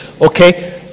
okay